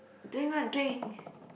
don't even want to drink